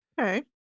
okay